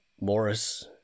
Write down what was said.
Morris